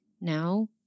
now